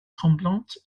tremblantes